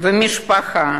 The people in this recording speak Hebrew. ומשפחה